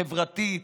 חברתית,